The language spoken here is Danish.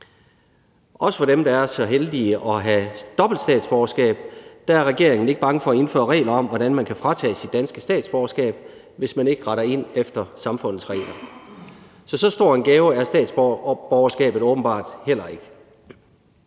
Også for dem, der er så heldige af have dobbelt statsborgerskab, er regeringen ikke bange for at indføre regler om, hvordan man kan fratages sit danske statsborgerskab, hvis man ikke retter ind efter samfundets regler. Så så stor en gave er statsborgerskabet åbenbart heller ikke.